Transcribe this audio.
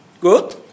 Good